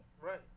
Right